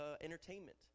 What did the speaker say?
entertainment